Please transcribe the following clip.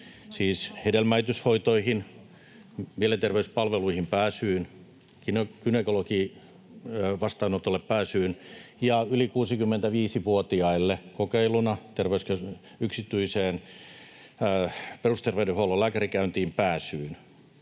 siis hedelmöityshoitoihin, mielenterveyspalveluihin pääsyyn, gynekologivastaanotolle pääsyyn ja yli 65-vuotiaille kokeiluna yksityiselle perusterveydenhuollon lääkärikäynnille pääsyyn.